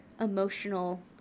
emotional